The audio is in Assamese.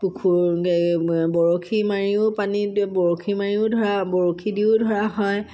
বৰশী মাৰিও পানীত বৰশী মাৰিও ধৰা বৰশী দিও ধৰা হয়